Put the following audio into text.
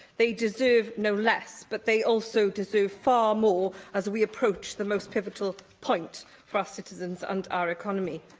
they deserve no less, but they also deserve far more, as we approach the most pivotal point for our citizens and our economy.